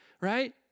right